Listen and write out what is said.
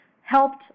helped